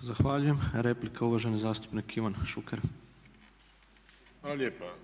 Zahvaljujem. Replika uvaženi zastupnik Ivan Šuker. **Šuker, Ivan (HDZ)** Hvala lijepa.